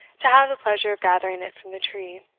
to have the pleasure of gathering it from the tree.